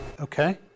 Okay